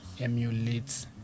emulate